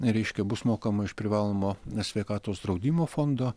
reiškia bus mokama iš privalomo sveikatos draudimo fondo